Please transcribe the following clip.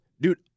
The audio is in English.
Dude